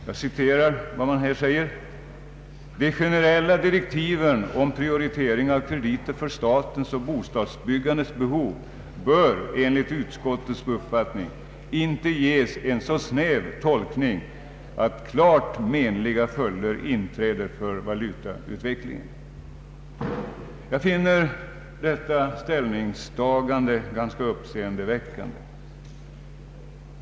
Jag citerar: ”De generella direktiven om prioritering av krediter för statens och bostadsbyggandets behov bör enligt utskotteis uppfattning inte ges en så snäv tolkning att klart menliga följder inträder för valutautvecklingen.” Jag finner detta ställningstagande uppseendeväckande.